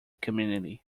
community